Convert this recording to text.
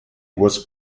was